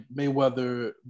Mayweather